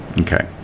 Okay